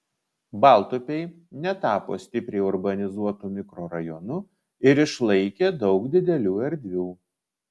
baltupiai netapo stipriai urbanizuotu mikrorajonu ir išlaikė daug didelių erdvių